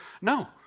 No